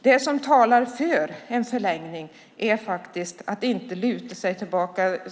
Det som talar för en förlängning är att man inte ska luta sig tillbaka.